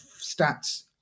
stats